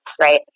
Right